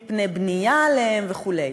מפני בנייה עליהם וכו'.